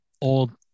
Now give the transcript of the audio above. old